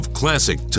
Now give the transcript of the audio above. classic